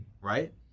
right